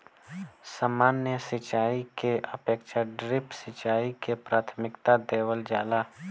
सामान्य सिंचाई के अपेक्षा ड्रिप सिंचाई के प्राथमिकता देवल जाला